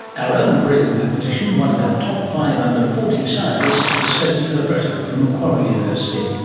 our own brilliant mathematician, one of our top five under forty scientists, is sophie calabretto from macquarie university.